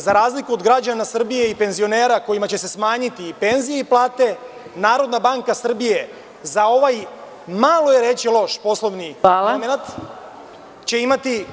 Za razliku od građana Srbije i penzionera, kojima će se smanjiti i penzije i plate, Narodna banka Srbije za ovaj malo je reći loš poslovni momenat će imati…